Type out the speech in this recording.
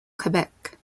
quebec